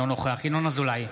אינו נוכח ינון אזולאי,